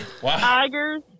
Tigers